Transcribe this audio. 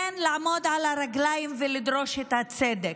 יש זכות לעמוד על הרגליים ולדרוש את הצדק,